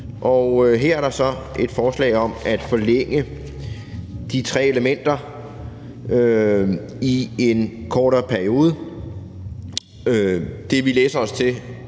og her er der så et forslag om at forlænge de tre elementer i en kortere periode. Det, vi læser os til